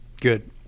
Good